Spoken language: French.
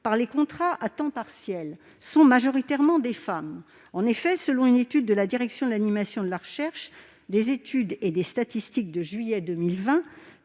par les contrats à temps partiel sont majoritairement des femmes. En effet, selon une étude de la Direction de l'animation de la recherche, des études et des statistiques de juillet 2020,